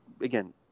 again